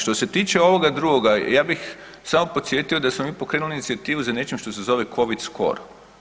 Što se tiče ovoga drugoga, ja bih samo podsjetio da smo mi pokrenuli inicijativu za nečim što se zove Covid score.